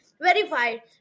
verified